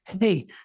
hey